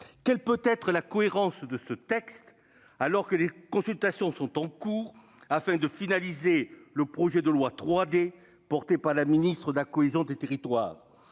Quelle peut être la cohérence de ce texte quand les consultations sont en cours afin de finaliser le projet de loi 3D, porté par la ministre de la cohésion des territoires